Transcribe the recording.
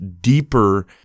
deeper